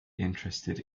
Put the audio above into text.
interested